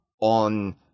on